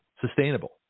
Sustainable